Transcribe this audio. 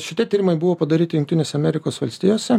šitie tyrimai buvo padaryti jungtinėse amerikos valstijose